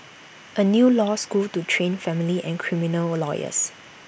A new law school to train family and criminal lawyers